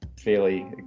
fairly